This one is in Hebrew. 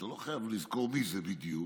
אתה לא חייב לזכור מי זה בדיוק,